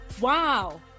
wow